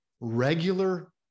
regular